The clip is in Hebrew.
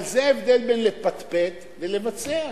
אבל זה ההבדל בין לפטפט ללבצע.